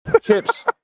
chips